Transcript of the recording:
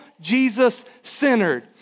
Jesus-centered